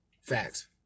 Facts